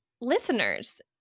listeners